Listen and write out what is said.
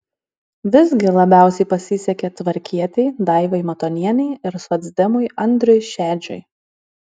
visgi labiausiai pasisekė tvarkietei daivai matonienei ir socdemui andriui šedžiui